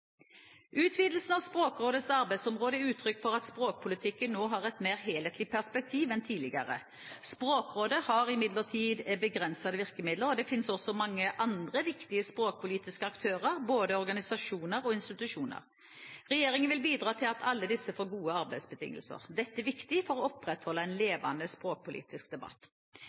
Utvidelsen av Språkrådets arbeidsområde er uttrykk for at språkpolitikken nå har et mer helhetlig perspektiv enn tidligere. Språkrådet har imidlertid begrensede virkemidler, og det fins også mange andre viktige språkpolitiske aktører, både organisasjoner og institusjoner. Regjeringen vil bidra til at alle disse får gode arbeidsbetingelser. Dette er viktig for å opprettholde en levende språkpolitisk debatt.